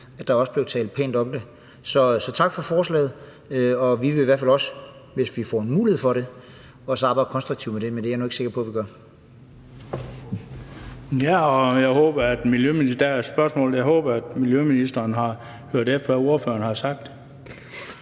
at der er blevet talt pænt om det. Så tak for forslaget. Vi vil i hvert fald også, hvis vi får mulighed for det, arbejde konstruktivt med det, men det er jeg nu ikke sikker på at vi gør. Kl. 16:54 Den fg. formand (Bent Bøgsted): Jeg håber, at miljøministeren har hørt efter, hvad ordføreren har sagt.